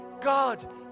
God